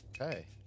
Okay